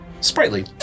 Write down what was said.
sprightly